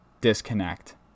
disconnect